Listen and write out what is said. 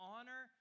Honor